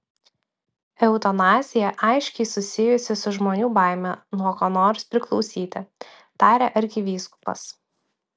eutanazija aiškiai susijusi su žmonių baime nuo ko nors priklausyti tarė arkivyskupas